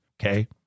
Okay